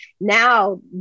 now